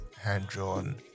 hand-drawn